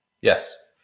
Yes